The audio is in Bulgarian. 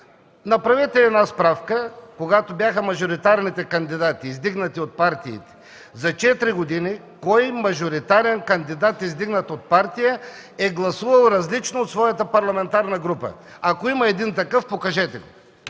Направете справка. Когато бяха мажоритарните кандидати, издигнати от партии, за четири години кой мажоритарен кандидат, издигнат от партия, е гласувал различно от своята парламентарна група? Ако има един такъв, покажете ми